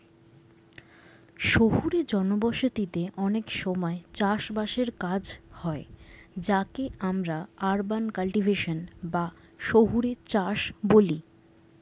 শহুরে জনবসতিতে অনেক সময় চাষ বাসের কাজ হয় যাকে আমরা আরবান কাল্টিভেশন বা শহুরে চাষ বলি